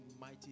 mighty